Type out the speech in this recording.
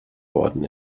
worden